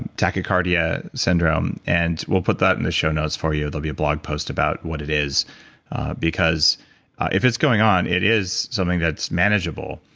tachycardia syndrome and we'll put that in the show notes for you. there will be a blog post about what it is because if it's going on it is something that's manageable.